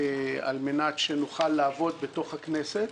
על מנת שנוכל לעבוד בתוך הכנסת,